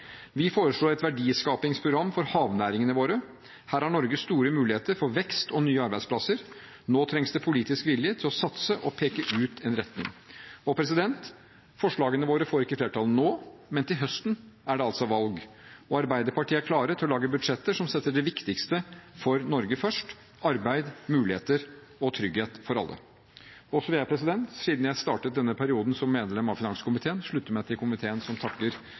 Vi foreslår et verdiskapingsprogram for havnæringene våre. Her har Norge store muligheter for vekst og nye arbeidsplasser. Nå trengs det politisk vilje til å satse og peke ut en retning. Forslagene våre får ikke flertall nå, men til høsten er det altså valg. Og Arbeiderpartiet er klare til å lage budsjetter som setter det viktigste for Norge først: arbeid, muligheter og trygghet for alle. Så vil jeg, siden jeg startet denne perioden som medlem av finanskomiteen, slutte meg til komiteen, som takker